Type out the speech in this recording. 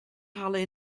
halen